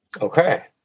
Okay